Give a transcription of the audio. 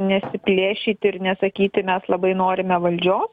nesiplėšyti ir nesakyti mes labai norime valdžios